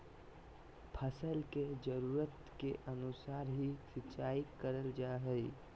फसल के जरुरत के अनुसार ही सिंचाई करल जा हय